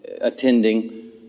attending